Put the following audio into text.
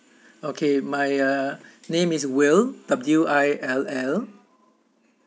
okay my uh name is will W I L L